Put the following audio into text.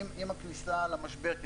עם הכניסה למשבר,